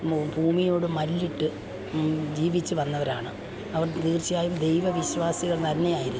ഭൂമിയോട് മല്ലിട്ട് ജീവിച്ച് വന്നവരാണ് അവർ തീർച്ചയായും ദൈവവിശ്വാസികൾ തന്നെയായിരുന്നു